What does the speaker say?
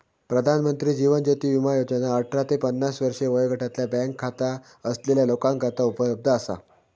प्रधानमंत्री जीवन ज्योती विमा योजना अठरा ते पन्नास वर्षे वयोगटातल्या बँक खाता असलेल्या लोकांकरता उपलब्ध असा